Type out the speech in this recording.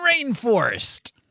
rainforest